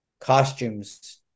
costumes